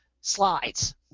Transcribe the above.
slides